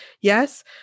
yes